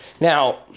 Now